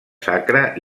sacra